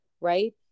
right